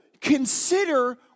consider